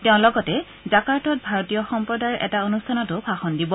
তেওঁ লগতে জাকাৰ্টত ভাৰতীয় সম্প্ৰদায়ৰ এটা অনুষ্ঠানতো ভাষণ দিব